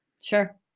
Sure